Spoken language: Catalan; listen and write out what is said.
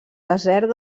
desert